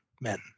men